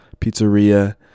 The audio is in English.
pizzeria